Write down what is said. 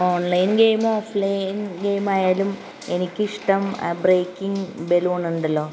online ഗെയിമോ offline ഗെയ്മായാലും എനിക്ക് ഇഷ്ടം ബ്രേക്കിങ്ങ് ബലൂൺ ഉണ്ടല്ലോ